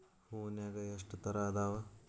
ಹೂನ್ಯಾಗ ಎಷ್ಟ ತರಾ ಅದಾವ್?